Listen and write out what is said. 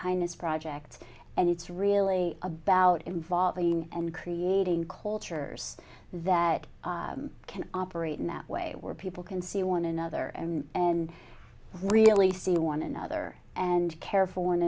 kindness project and it's really about involving and creating cultures that can operate in that way were people can see one another and really see one another and care for one